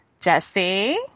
Jesse